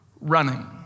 running